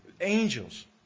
angels